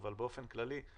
אלא באופן כללי,